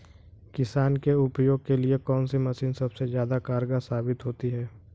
किसान के उपयोग के लिए कौन सी मशीन सबसे ज्यादा कारगर साबित होती है?